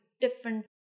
different